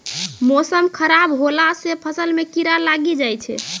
मौसम खराब हौला से फ़सल मे कीड़ा लागी जाय छै?